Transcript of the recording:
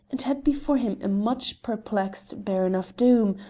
and had before him a much-perplexed baron of doom,